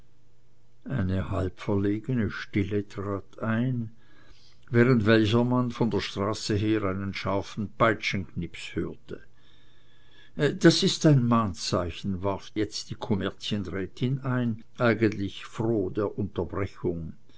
eine halb verlegene stille trat ein während welcher man von der straße her einen scharfen peitschenknips hörte das ist ein mahnzeichen warf jetzt die kommerzienrätin ein eigentlich froh der unterbrechung